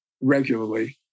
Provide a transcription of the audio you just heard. regularly